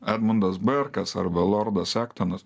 edmundas biorkas arba lordas ektonas